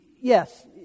yes